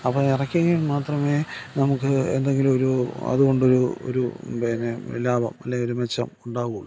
അപ്പം ഇറക്കിയെങ്കിൽ മാത്രമേ നമുക്ക് എന്തെങ്കിലുമൊരു അതുകൊണ്ടൊരു ഒരു പിന്നെ ലാഭം അല്ലെങ്കിൽ ഒരു മെച്ചം ഉണ്ടാകുകയുള്ളു